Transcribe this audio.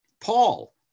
Paul